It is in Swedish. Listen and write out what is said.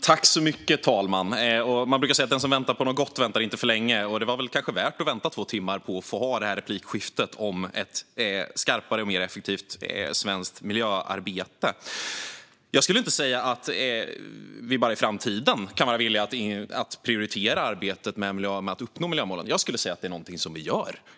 Fru talman! Den som väntar på något gott väntar inte för länge, brukar man säga. Det var kanske värt att vänta två timmar på att få ha det här replikskiftet om ett skarpare och effektivare svenskt miljöarbete. Jag skulle inte säga att vi bara i framtiden kan vara villiga att prioritera arbetet med att uppnå miljömålen. Jag skulle säga att det är någonting som vi gör.